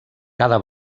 cada